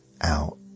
out